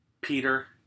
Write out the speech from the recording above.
Peter